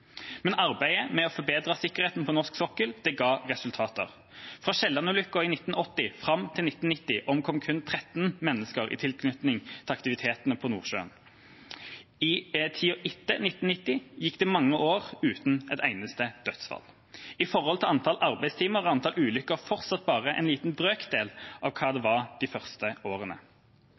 Men arbeidet med å forbedre sikkerheten på norsk sokkel ga resultater. Fra Alexander Kielland-ulykken i 1980 og fram til 1990 omkom kun 13 mennesker i tilknytning til aktivitetene i Nordsjøen. I tida etter 1990 gikk det mange år uten et eneste dødsfall. I forhold til antall arbeidstimer er antall ulykker fortsatt bare en liten brøkdel av hva det var de første årene.